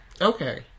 Okay